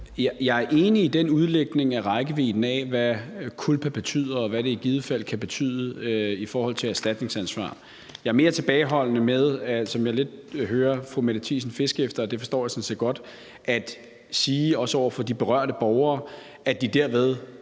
Jeg er enig i den udlægning af rækkevidden af, hvad culpa betyder, og hvad det i givet fald kan betyde i forhold til erstatningsansvar. Jeg er mere tilbageholdende med – hvad jeg lidt hører fru Mette Thiesen fiske efter,